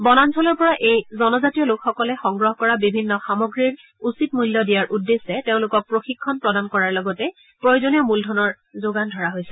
বনাঞ্চলৰ পৰা এই জনজাতীয় লোকসকলে সংগ্ৰহ কৰা বিভিন্ন সামগ্ৰীৰ উচিত মূল্য দিয়াৰ উদ্দেশ্যে তেওঁলোকক প্ৰশিক্ষণ প্ৰদান কৰাৰ লগতে প্ৰয়োজনীয় মূলধনৰ যোগান ধৰা হৈছে